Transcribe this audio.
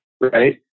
right